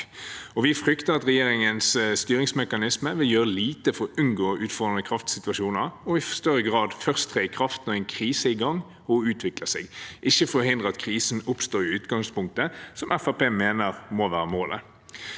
Vi frykter at regjeringens styringsmekanisme vil gjøre lite for å unngå utfordrende kraftsituasjoner og i større grad først tre i kraft når en krise er i gang og utvikler seg – ikke forhindre at krisen oppstår i utgangspunktet, som Fremskrittspartiet mener må være målet.